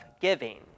giving